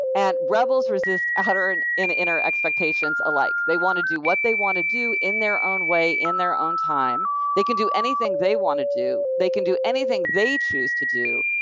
and rebels resist outer and inner expectations alike they want to do what they want to do in their own way, in their own time. they can do anything they want to do. they can do anything they choose to do,